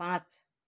पाँच